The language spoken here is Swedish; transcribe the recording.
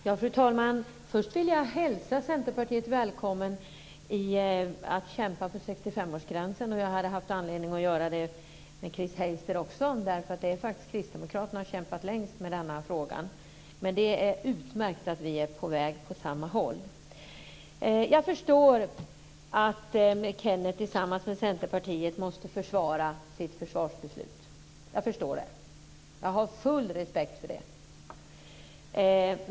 Fru talman! Först välkomnar jag att Centerpartiet kämpar för att ta bort 65-årsgränsen. Jag hade haft anledning och göra det även med Chris Heister. Det är faktiskt kristdemokraterna som har kämpat längst med denna fråga. Men det är utmärkt att vi är på väg åt samma håll. Jag förstår att Kenneth Johansson tillsammans med Centerpartiet måste försvara sitt försvarsbeslut. Jag har full respekt för det.